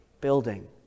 building